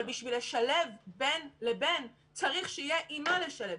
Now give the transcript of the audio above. אבל בשביל לשלב בין לבין, צריך שיהיה עם מה לשלב.